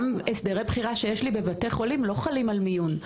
גם הסדרי בחירה שיש לי בבתי חולים לא חלים על מיון.